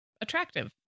attractive